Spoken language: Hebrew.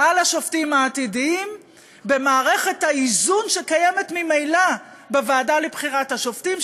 על השופטים העתידיים במערכת האיזון שקיימת ממילא בוועדה לבחירת השופטים,